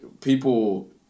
people